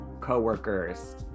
coworkers